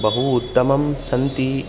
बहु उत्तमं सन्ति